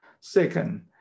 Second